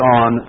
on